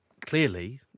clearly